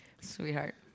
sweetheart